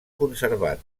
conservat